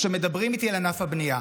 מדברים איתי על ענף הבנייה.